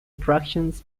attractions